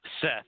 Seth